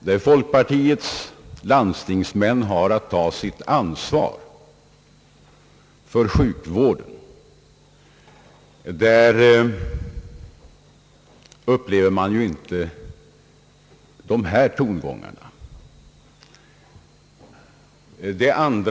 Där folkpartiets landstingsmän har att ta sitt ansvar för sjukvården, där märker man inte mycket av tongångarna i propagandan.